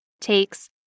takes